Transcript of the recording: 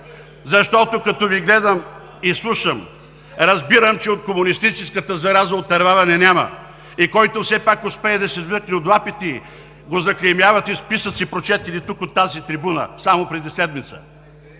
Защото, като Ви гледам и слушам, разбирам, че от комунистическата зараза отърваване няма и който все пак успее да се измъкне от лапите ѝ, го заклеймявате в списъци, прочетени тук от тази трибуна, само преди седмица.